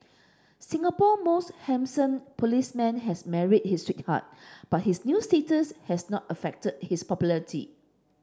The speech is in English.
Singapore most handsome policeman has married his sweetheart but his new status has not affected his popularity